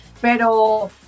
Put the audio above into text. pero